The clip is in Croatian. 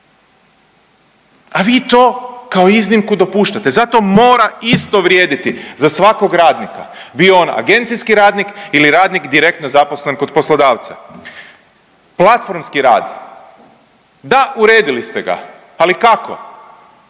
a vi to kao iznimku dopuštate. Zato mora isto vrijediti za svakog radnika bio on agencijski radnik ili radnik direktno zaposlen kod poslodavca. Platformski rad. Da, uredili ste ga ali kako?